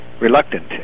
reluctant